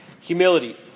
Humility